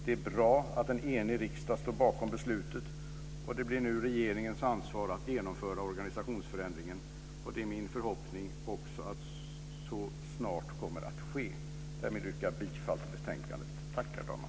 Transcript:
Det är bra att en enig riksdag står bakom beslutet. Det blir nu regeringens ansvar att genomföra organisationsförändringen, och det är min förhoppning att den också snart kommer att bli av. Därmed yrkar jag bifall till hemställan i betänkandet.